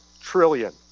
trillion